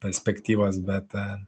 perspektyvos bet